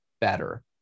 better